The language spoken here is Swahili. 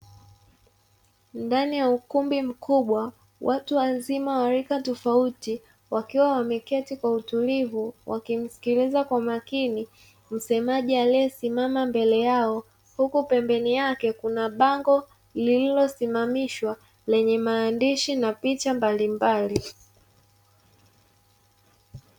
Ndani ya ukumbi mkubwa watu wazima wa rika tofauti, wakiwa wameketi kwa utulivu wakimsikiliza kwa makini msemaji aliyesimama mbele yao, huku pembeni yake kuna bango lililosimamishwa lenye maandishi na picha mbalimbali.